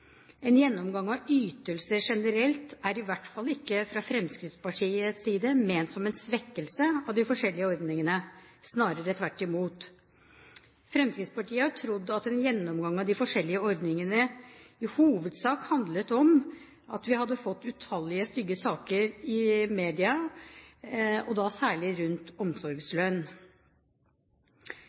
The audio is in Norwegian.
En gjennomgang av ytelser generelt er i hvert fall ikke fra Fremskrittspartiets side ment som en svekkelse av de forskjellige ordningene, snarere tvert imot. Fremskrittspartiet har trodd at en gjennomgang av de forskjellige ordningene i hovedsak handler om at vi har sett utallige stygge saker omtalt i media, og da særlig rundt omsorgslønn.